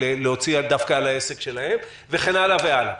להוציא דווקא על העסק שלהם וכן הלאה והלאה.